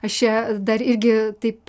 aš čia dar irgi taip